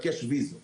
זאת